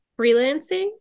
freelancing